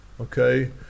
okay